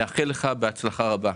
נאחל לך הצלחה רבה.